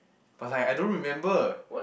but like I don't remember